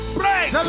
break